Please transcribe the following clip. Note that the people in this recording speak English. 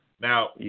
Now